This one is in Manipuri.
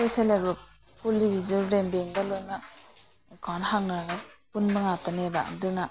ꯑꯩꯈꯣꯏ ꯁꯦꯜꯞ ꯍꯦꯜꯞ ꯒ꯭ꯔꯨꯞ ꯄꯨꯜꯂꯤꯁꯤꯁꯨ ꯔꯨꯔꯦꯜ ꯕꯦꯡꯗ ꯂꯣꯏꯃꯛ ꯑꯦꯀꯥꯎꯟ ꯍꯥꯡꯅꯔꯒ ꯄꯨꯟꯕ ꯉꯥꯛꯇꯅꯦꯕ ꯑꯗꯨꯅ